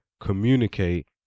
communicate